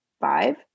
five